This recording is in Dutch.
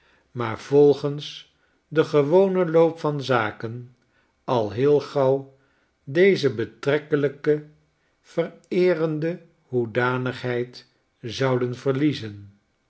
maar volgens den gewonen loop van zaken al heel gauw deze betrekkelijke vererende hoedanigheid zouden verliezen